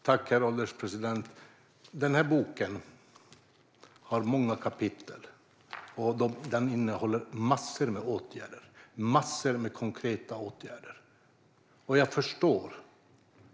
Herr ålderspresident! Boken har många kapitel och innehåller massor av konkreta åtgärder.